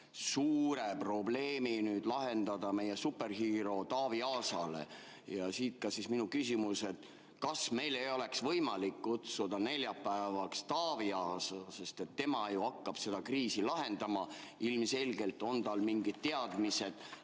suure probleemi lahendada meiesuperhero'le Taavi Aasale. Ja siit ka minu küsimus. Kas meil ei oleks võimalik kutsuda neljapäevaks siia Taavi Aasa, sest tema ju hakkab seda kriisi lahendama? Ilmselgelt on tal mingid teadmised